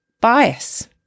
bias